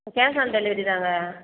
cash on delivery தாங்க